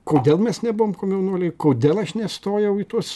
kodėl mes nebuvom komjaunuoliai kodėl aš nestojau į tuos